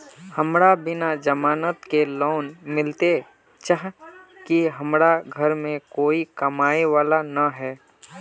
हमरा बिना जमानत के लोन मिलते चाँह की हमरा घर में कोई कमाबये वाला नय है?